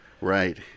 right